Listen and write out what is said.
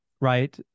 right